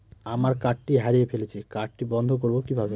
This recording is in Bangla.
আমার কার্ডটি হারিয়ে ফেলেছি কার্ডটি বন্ধ করব কিভাবে?